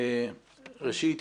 ראשית,